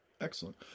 Excellent